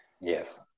Yes